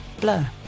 Blur